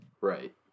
Right